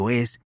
es